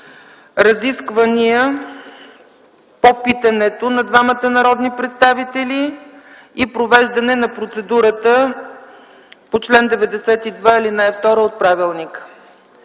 разисквания по питането на двамата народни представители и провеждане на процедурата по чл. 92, ал. 2 от правилника.